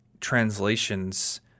translations